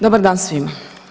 Dobar dan svima.